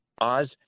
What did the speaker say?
Oz